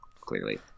clearly